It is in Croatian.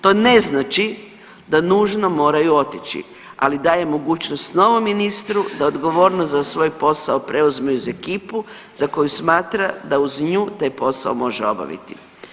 To ne znači da nužno moraju otići, ali daje mogućnost novom ministru da odgovornost za svoj posao preuzme uz ekipu za koju smatra da uz nju taj posao može obaviti.